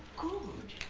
good